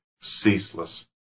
ceaseless